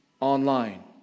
online